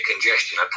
congestion